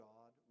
God